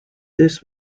this